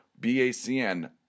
BACN